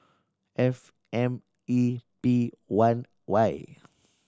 F M E P one Y